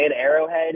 Arrowhead